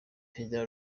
perezida